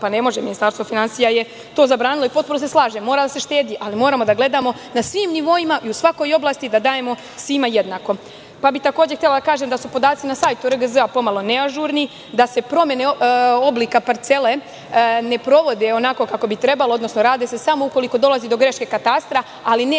Ne može, Ministarstvo finansija je to zabranilo i u potpunosti se slažem. Mora da se štedi, ali moramo a gledamo na svim nivoima i u svakoj oblasti da dajemo svima jednako. Takođe bih htela da kažem da su podaci na sajtu RGZ pomalo neažurni, da se promene oblika parcele ne provode kako bi trebalo, odnosno radi se samo ukoliko dolazi do greške katastra, ali ne